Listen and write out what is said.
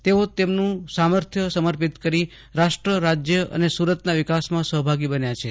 તેઓ તેમનું સામર્થ્ય સમર્પિત કરીને રાષ્ટ્ર રાજય અને સુરતના વિકાસમાં સહભાગી બન્યા છે